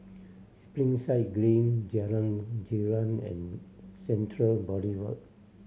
Springside Green Jalan Girang and Central Boulevard